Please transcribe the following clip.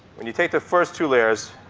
when you take the first two layers,